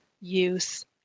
use